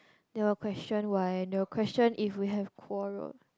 they will question why they will question if we have quarreled